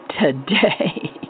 today